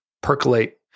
percolate